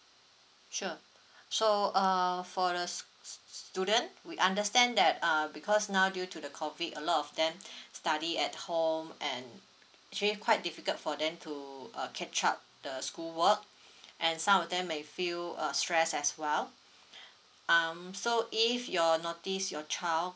sure so err for the s~ s~ student we understand that err because now due to the COVID a lot of them study at home and actually quite difficult for them to uh catch up the school work and some of them may feel uh stress as well um so if you notice your child